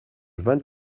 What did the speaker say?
vingt